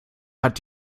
hat